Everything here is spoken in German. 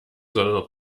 sondern